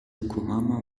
yokohama